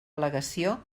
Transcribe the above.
al·legació